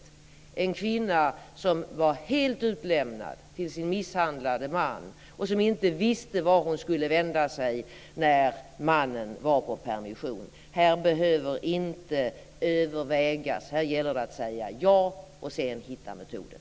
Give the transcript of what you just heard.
Det var en kvinna som var helt utlämnad till sin misshandlande man och som inte visste vart hon skulle vända sig när mannen var på permission. Här behöver inte övervägas. Här gäller det att säga ja och sedan hitta metoden.